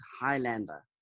Highlander